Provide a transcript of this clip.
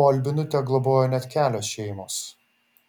o albinutę globojo net kelios šeimos